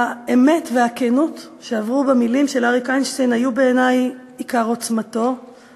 האמת והכנות שעברו במילים של אריק איינשטיין היו בעיני עיקר עוצמתן,